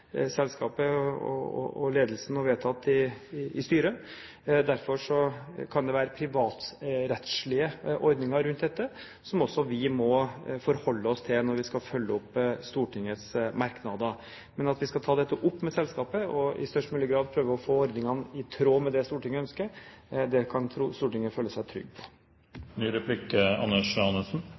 og ledelsen, og som er vedtatt i styret. Derfor kan det være privatrettslige ordninger rundt dette, som også vi må forholde oss til når vi skal følge opp Stortingets merknader. Men at vi skal ta dette opp med selskapet og i størst mulig grad prøve å få ordningen i tråd med det som regjeringen ønsker, kan Stortinget føle seg trygg